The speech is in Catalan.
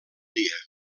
dia